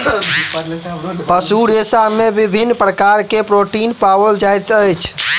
पशु रेशा में विभिन्न प्रकार के प्रोटीन पाओल जाइत अछि